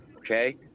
Okay